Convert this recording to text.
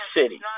City